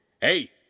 Hey